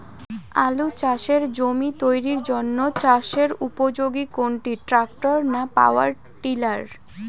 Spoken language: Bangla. আলু চাষের জমি তৈরির জন্য চাষের উপযোগী কোনটি ট্রাক্টর না পাওয়ার টিলার?